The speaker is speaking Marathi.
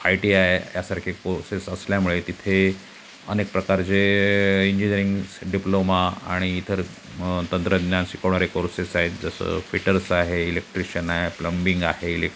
आय टी आय यासारखे कोर्सेस असल्यामुळे तिथे अनेक प्रकारचे इंजिनियरिंग्स डिप्लोमा आणि इतर तंत्रज्ञान शिकवणारे कोर्सेस आहेत जसं फिटर्स आहे इलेक्ट्रिशियन आहे प्लंबिंग आहे इले